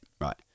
Right